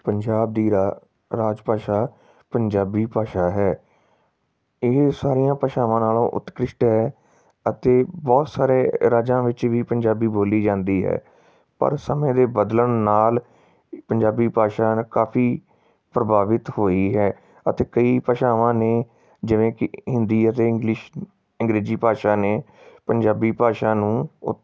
ਪੰਜਾਬ ਦੀ ਰਾ ਰਾਜ ਭਾਸ਼ਾ ਪੰਜਾਬੀ ਭਾਸ਼ਾ ਹੈ ਇਹ ਸਾਰੀਆਂ ਭਾਸ਼ਾਵਾਂ ਨਾਲੋਂ ਉਤਕ੍ਰਿਸ਼ਟ ਹੈ ਅਤੇ ਬਹੁਤ ਸਾਰੇ ਰਾਜਾਂ ਵਿੱਚ ਵੀ ਪੰਜਾਬੀ ਬੋਲੀ ਜਾਂਦੀ ਹੈ ਪਰ ਸਮੇਂ ਦੇ ਬਦਲਣ ਨਾਲ ਪੰਜਾਬੀ ਭਾਸ਼ਾ ਕਾਫੀ ਪ੍ਰਭਾਵਿਤ ਹੋਈ ਹੈ ਅਤੇ ਕਈ ਭਾਸ਼ਾਵਾਂ ਨੇ ਜਿਵੇਂ ਕਿ ਹਿੰਦੀ ਅਤੇ ਇੰਗਲਿਸ਼ ਅੰਗਰੇਜ਼ੀ ਭਾਸ਼ਾ ਨੇ ਪੰਜਾਬੀ ਭਾਸ਼ਾ ਨੂੰ